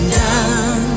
down